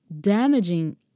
damaging